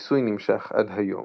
הניסוי נמשך עד היום,